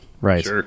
Right